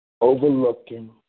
overlooking